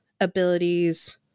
abilities